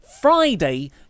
Friday